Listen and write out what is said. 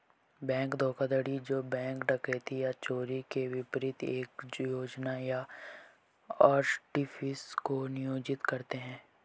bank धोखाधड़ी जो bank डकैती या चोरी के विपरीत एक योजना या आर्टिफिस को नियोजित करते हैं